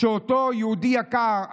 שאותו יהודי יקר,